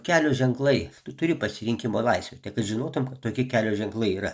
kelio ženklai tu turi pasirinkimo laisvę tie kad žinotum kad tokie kelio ženklai yra